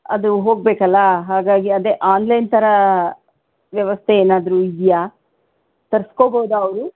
ಅದು ಹೋಗಬೇಕಲ ಹಾಗಾಗಿ ಅದೇ ಆನ್ಲೈನ್ ಥರ ವ್ಯವಸ್ಥೆ ಏನಾದರೂ ಇದೆಯಾ ತರಿಸ್ಕೋಬೌದಾ ಅವರು